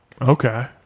Okay